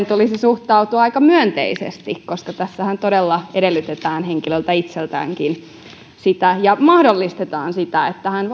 tulisi suhtautua aika myönteisesti koska tässähän todella edellytetään henkilöltä itseltäänkin sitä ja mahdollistetaan sitä että hän